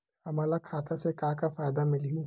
हमन ला खाता से का का फ़ायदा मिलही?